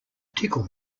tickle